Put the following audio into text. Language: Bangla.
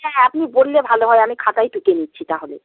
হ্যাঁ আপনি বললে ভালো হয় আমি খাতায় টুকে নিচ্ছি তাহলে